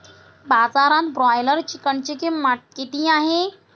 बाजारात ब्रॉयलर चिकनची किंमत किती आहे?